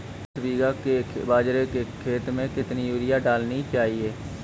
दस बीघा के बाजरे के खेत में कितनी यूरिया डालनी चाहिए?